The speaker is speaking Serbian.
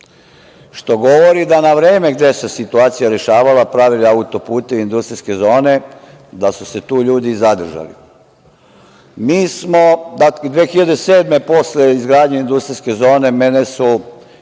što govori da na vreme gde situacija rešavala pravili auto-putevi industrijske zone, da su se tu ljudi zadržali. Mi smo 2007. godine, posle izgradnje industrijske zone, mene su